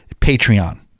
Patreon